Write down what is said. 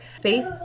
faith